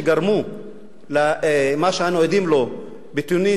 שגרמו למה שאנו עדים לו בתוניסיה,